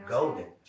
Golden